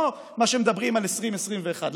לא מה שמדברים על 2021-2020,